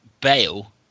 bail